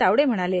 तावडे म्हणाले